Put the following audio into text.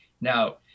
Now